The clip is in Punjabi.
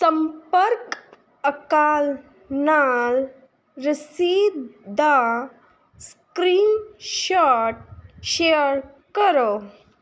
ਸੰਪਰਕ ਅਕਾਲ ਨਾਲ ਰਸੀਦ ਦਾ ਸਕ੍ਰੀਨਸ਼ਾਟ ਸ਼ੇਅਰ ਕਰੋ